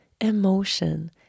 emotion